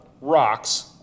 rocks